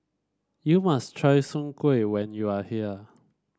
you must try Soon Kueh when you are here